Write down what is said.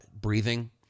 breathing